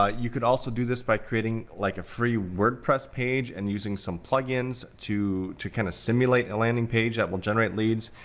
ah you could also do this by creating like a free wordpress page, and using some plugins to to kinda simulate a landing page that will generate leads,